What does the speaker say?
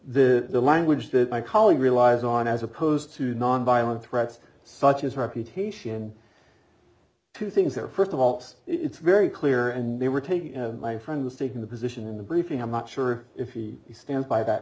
that the language that my colleague relies on as opposed to nonviolent threats such as reputation two things there first of all it's very clear and they were taken my friend was taking the position in the briefing i'm not sure if you stand by that